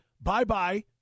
bye-bye